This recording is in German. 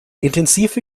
intensive